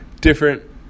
different